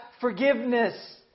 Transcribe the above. forgiveness